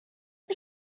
mae